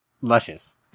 Luscious